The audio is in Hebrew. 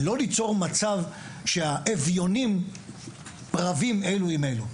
ולא ליצור מצב שהאביונים רבים אלו עם אלו,